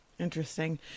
Interesting